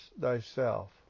thyself